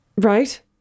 Right